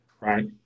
Right